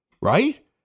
Right